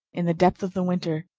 in the depth of the winter,